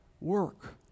work